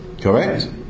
Correct